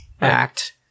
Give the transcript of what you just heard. act